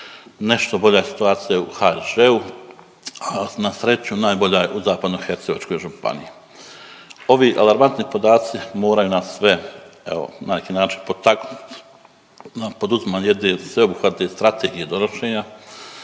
nešto bolja situacija je u HŽ-u, na sreću, najbolja je u Zapadnohercegovačkoj županiji. Ovi alarmantni podaci moraju nas sve, evo na neki način potaknuti na poduzimanje jedne sveobuhvatne strategije donošenja